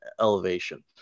elevation